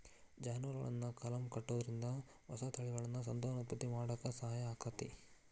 ಜಾನುವಾರುಗಳನ್ನ ಕಲಂ ಕಟ್ಟುದ್ರಿಂದ ಹೊಸ ತಳಿಗಳನ್ನ ಸಂತಾನೋತ್ಪತ್ತಿ ಮಾಡಾಕ ಸಹಾಯ ಆಕ್ಕೆತಿ